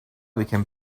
became